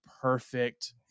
perfect